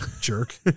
jerk